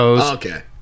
Okay